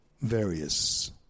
various